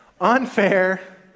Unfair